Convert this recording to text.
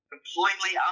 Completely